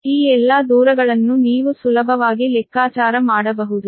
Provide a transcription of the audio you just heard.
ಈ ಎಲ್ಲಾ ಡಿಸ್ಟೆನ್ಸ್ ಗಳನ್ನು ನೀವು ಸುಲಭವಾಗಿ ಲೆಕ್ಕಾಚಾರ ಮಾಡಬಹುದು